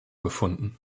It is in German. gefunden